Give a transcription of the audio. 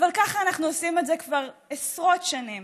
אבל ככה אנחנו עושים את זה כבר עשרות שנים.